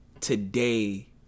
today